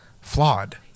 flawed